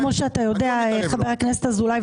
כמו שאתה יודע חבר הכנסת אזולאי,